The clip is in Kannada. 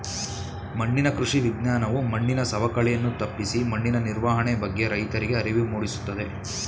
ಮಣ್ಣಿನ ಕೃಷಿ ವಿಜ್ಞಾನವು ಮಣ್ಣಿನ ಸವಕಳಿಯನ್ನು ತಪ್ಪಿಸಿ ಮಣ್ಣಿನ ನಿರ್ವಹಣೆ ಬಗ್ಗೆ ರೈತರಿಗೆ ಅರಿವು ಮೂಡಿಸುತ್ತದೆ